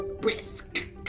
Brisk